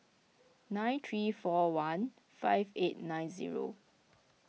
nine three four one five eight nine zero